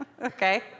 okay